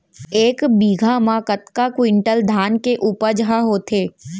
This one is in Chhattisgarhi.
एक बीघा म कतका क्विंटल धान के उपज ह होथे?